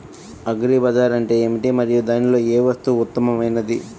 Agri బజార్ అంటే ఏమిటి మరియు దానిలో ఏ వస్తువు ఉత్తమమైనది?